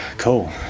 Cool